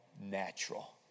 natural